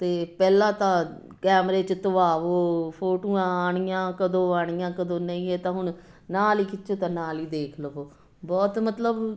ਅਤੇ ਪਹਿਲਾਂ ਤਾਂ ਕੈਮਰੇ 'ਚ ਧਵਾਵੋ ਫੋਟੋਆਂ ਆਉਣੀਆਂ ਕਦੋਂ ਆਉਣੀਆਂ ਕਦੋਂ ਨਹੀਂ ਇਹ ਤਾਂ ਹੁਣ ਨਾਲ ਹੀ ਖਿੱਚੋ ਤਾਂ ਨਾਲ ਹੀ ਦੇਖ ਲਵੋ ਬਹੁਤ ਮਤਲਬ